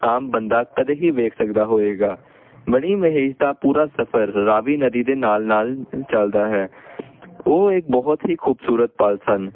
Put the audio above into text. ਆਮ ਬੰਦਾ ਕਦੇ ਹੀ ਵੇਖ ਸਕਦਾ ਹੋਏਗਾ ਮਨੀ ਮਹੇਸ਼ ਦਾ ਪੂਰਾ ਸਫਰ ਰਾਵੀ ਨਦੀ ਦੇ ਨਾਲ ਨਾਲ ਚੱਲਦਾ ਹੈ ਉਹ ਇੱਕ ਬਹੁਤ ਹੀ ਖੂਬਸੂਰਤ ਪਲ ਸਨ